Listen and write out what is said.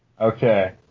Okay